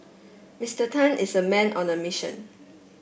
Mister Tan is a man on the mission